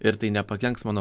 ir tai nepakenks mano